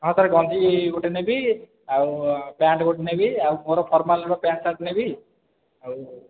ହଁ ତାର ଗଞ୍ଜି ଗୋଟେ ନେବି ଆଉ ପ୍ୟାଣ୍ଟ୍ ଗୋଟେ ନେବି ଆଉ ମୋର ଫର୍ମାଲ୍ର ପ୍ୟାଣ୍ଟ୍ ସାର୍ଟ ନେବି ଆଉ